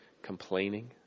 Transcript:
complaining